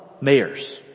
mayors